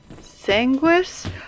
Sanguis